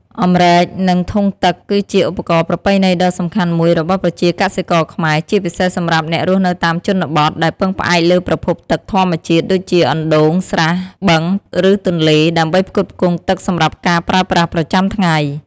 អម្រែក និង ធុងទឹក គឺជាឧបករណ៍ប្រពៃណីដ៏សំខាន់មួយរបស់ប្រជាកសិករខ្មែរ ជាពិសេសសម្រាប់អ្នករស់នៅតាមជនបទ ដែលពឹងផ្អែកលើប្រភពទឹកធម្មជាតិ ដូចជាអណ្ដូង ស្រះ បឹង ឬទន្លេ ដើម្បីផ្គត់ផ្គង់ទឹកសម្រាប់ការប្រើប្រាស់ប្រចាំថ្ងៃ។